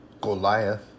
Goliath